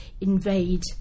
invade